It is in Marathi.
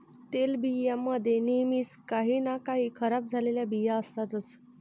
तेलबियां मध्ये नेहमीच काही ना काही खराब झालेले बिया असतात